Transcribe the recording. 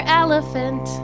elephant